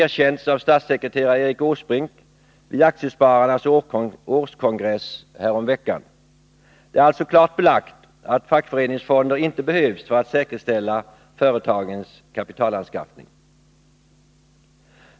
erkänts av statssekreterare Erik Åsbrink vid Aktiespararnas årskongress härom veckan. Det är alltså klart belagt att fackföreningsfonder inte behövs för att säkerställa företagens kapitalanskaffning.